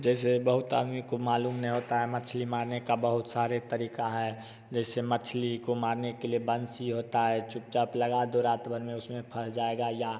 जैसे बहुत आदमी को मालूम नहीं होता है मछली मारने का बहुत सारे तरीक़ा है जैसे मछली को मारने क लिए बंसी होता है चुपचाप लगा दो रातभर में उसमें फँस जाएगा या